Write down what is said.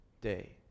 day